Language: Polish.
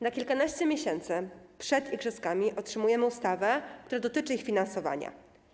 Na kilkanaście miesięcy przed igrzyskami otrzymujemy ustawę, która dotyczy ich finansowania.